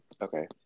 Okay